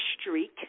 streak